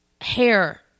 hair